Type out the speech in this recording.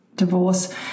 divorce